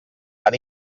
tan